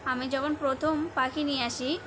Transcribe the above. আমি যখন প্রথম পাখি নিয়ে আসি